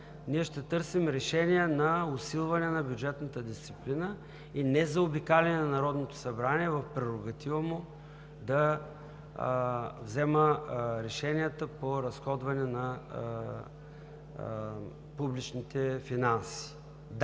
ние ще търсим решение за усилване на бюджетната дисциплина и незаобикаляне на Народното събрание в прерогатива му да взема решенията по разходване на публичните финанси.